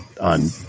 on